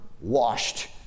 washed